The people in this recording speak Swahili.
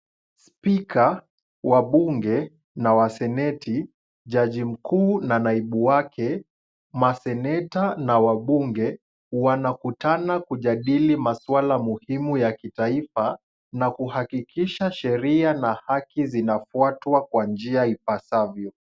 Spika wa bunge na wa seneti, judge mkuu na naibu wake, maseneta na wabunge, wanakutana kujadili maswala muhimu ya kitaifa, na kuhakikisha sheria na haki zinafuatwa kwa njia ipasavyo.